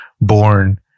born